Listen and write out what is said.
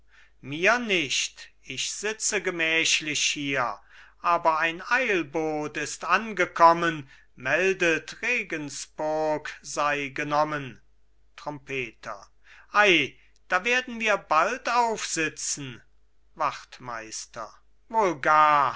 mir nicht ich sitze gemächlich hier aber ein eilbot ist angekommen meldet regenspurg sei genommen trompeter ei da werden wir bald aufsitzen wachtmeister